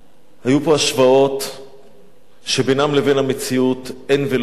היו פה השוואות שבינן לבין המציאות אין ולא כלום,